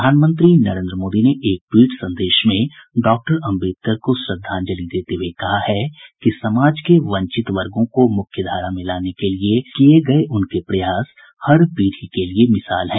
प्रधानमंत्री नरेन्द्र मोदी ने एक ट्वीट संदेश में डॉक्टर अम्बेडकर को श्रद्धांजलि देते हुये कहा है कि समाज के वंचित वर्गो को मुख्य धारा में लाने के लिए किये गये उनके प्रयास हर पीढ़ी के लिए मिसाल हैं